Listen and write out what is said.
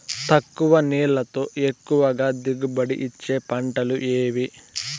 తక్కువ నీళ్లతో ఎక్కువగా దిగుబడి ఇచ్చే పంటలు ఏవి?